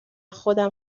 خودم